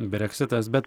breksitas bet